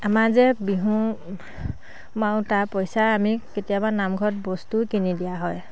আমাৰ যে বিহু মাৰো তাৰ পইচাৰে আমি কেতিয়াবা নামঘৰত বস্তুও কিনি দিয়া হয়